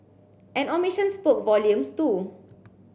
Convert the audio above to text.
an omission spoke volumes too